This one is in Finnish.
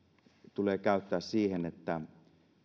tulee käyttää siihen että